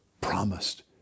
promised